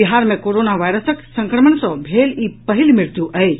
बिहार मे कोरोना वायरसक संक्रमण सँ भेल ई पहिल मृत्यु अछि